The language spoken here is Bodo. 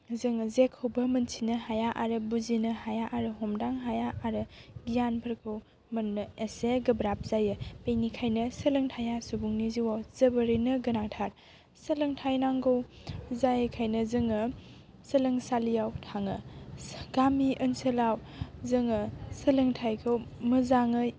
जोङो जेखौबो मोनथिनो हाया आरो बुजिनो हाया आरो हमदां हाया आरो गियानफोरखौ मोननो एसे गोब्राब जायो बेनिखायनो सोलोंथाइआ सुबुंनि जिउआव जोबोरैनो गोनांथार सोलोंथाइ नांगौ जायोखायनो जोङो सोलोंसालियाव थाङो गामि ओनसोलाव जोङो सोलोंथाइखौ मोजाङै